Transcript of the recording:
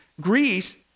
Greece